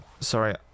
Sorry